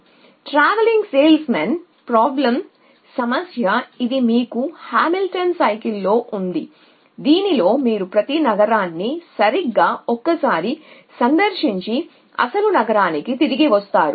కాబట్టి travelling salesmen సమస్య TSP యొక్క సమస్య మీకు హామిల్టోనియన్ చక్రంలో ఉంది దీనిలో మీరు ప్రతి నగరాన్ని సరిగ్గా ఒకసారి సందర్శించి అసలు నగరానికి తిరిగి వస్తాయి